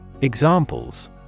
examples